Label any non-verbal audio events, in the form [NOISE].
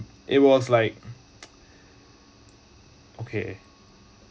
it was like [NOISE] okay